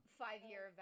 five-year